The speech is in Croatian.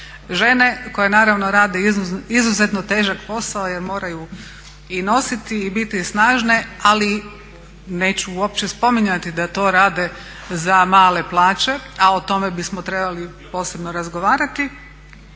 Žene, koje naravno rade izuzetno težak posao jer moraju i nositi i biti snažne, ali neću uopće spominjati da to rade za male plaće, a o tome bismo trebali posebno razgovarati,